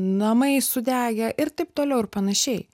namai sudegę ir taip toliau ir panašiai